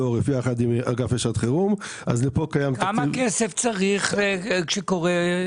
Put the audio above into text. כמה כסף צריך כשקורית